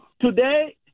Today